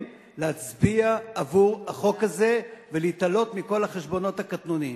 להצביע עבור החוק הזה ולהתעלות על כל החשבונות הקטנוניים.